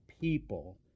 people